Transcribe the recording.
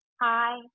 hi